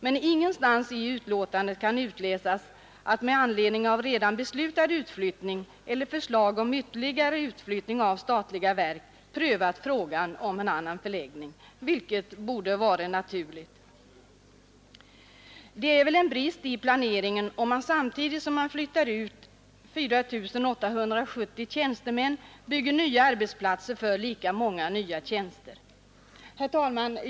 Men ingenstans i utlåtandet kan utläsas att man med anledning av redan beslutad utflyttning eller förslag om ytterligare utflyttning av statliga verk prövat frågan om en annan förläggning, vilket borde ha varit naturligt. Det är väl en brist i planeringen, om man samtidigt som man flyttar ut 4 870 tjänstemän bygger nya arbetsplatser för lika många nya tjänster. Herr talman!